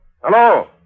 Hello